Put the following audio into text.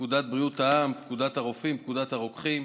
פקודת בריאות העם, פקודת הרופאים ופקודת הרוקחים,